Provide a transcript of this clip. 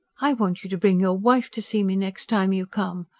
i want you to bring your wife to see me next time you come,